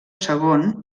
segon